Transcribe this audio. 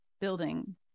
building